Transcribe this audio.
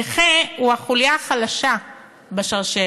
הנכה הוא החוליה החלשה בשרשרת,